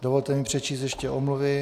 Dovolte mi přečíst ještě omluvy.